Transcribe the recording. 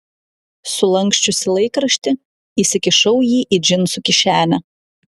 sulanksčiusi laikraštį įsikišau jį į džinsų kišenę